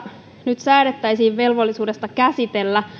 nyt säädettäisiin velvollisuudesta käsitellä